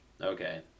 okay